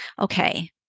Okay